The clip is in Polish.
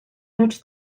rzecz